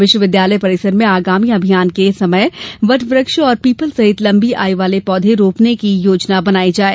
विश्वविद्यालय परिसर में आगामी अभियान के समय वट वृक्ष और पीपल सहित लम्बी आय वाले पौधे रोपने की योजना बनाई जाये